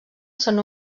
són